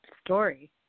story